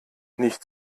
nicht